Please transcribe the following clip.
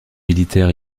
militaire